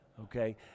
okay